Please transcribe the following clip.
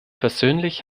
persönlich